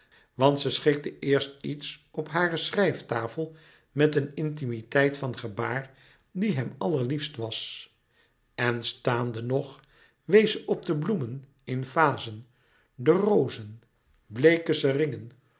want ze schikte eerst iets op hare schrijftafel met een intimiteit van gebaar die hem allerliefst was en staande nog wees ze op de bloemen in vazen de rozen bleeke seringen